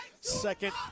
Second